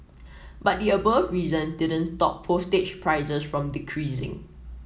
but the above reason didn't stop postage prices from decreasing